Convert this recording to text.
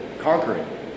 conquering